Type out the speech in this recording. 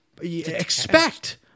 expect